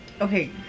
Okay